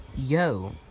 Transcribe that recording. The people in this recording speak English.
Yo